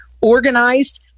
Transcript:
organized